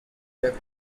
jeff